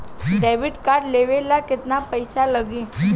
Debit card लेवे ला केतना पईसा लागी?